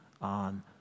on